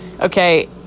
okay